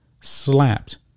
slapped